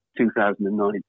2009